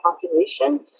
population